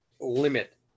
limit